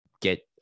get